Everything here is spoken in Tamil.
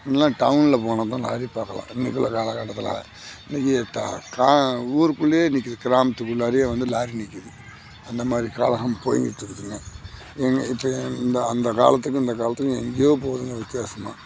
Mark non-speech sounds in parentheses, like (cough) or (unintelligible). முன்னேலாம் டவுனில் போனாதான் லாரி பார்க்கலாம் அன்னக்கு உள்ள காலக்கட்டத்தில் இன்னக்கு (unintelligible) ஊருக்குள்ளையே நிற்கிது கிராமத்துக்குள்ளாறயே வந்து லாரி நிற்கிது அந்தமாதிரி காலம் போய்கிட்டு இருக்குதுங்க இன்ன இப்போ இந்த அந்தகாலத்துக்கும் இந்தகாலத்துக்கும் எங்கேயோ போவுதுங்க வித்தியாசமாக